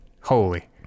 Holy